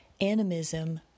animism